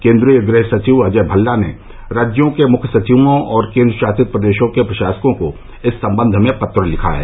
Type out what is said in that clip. केन्द्रीय गृह सचिव अजय भल्ला ने राज्यों के मुख्य सचिवों और केन्द्र शासित प्रदेशों के प्रशासकों को इस संबंध में पत्र लिखा है